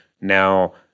now